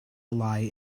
lie